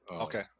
Okay